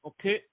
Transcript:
Okay